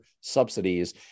subsidies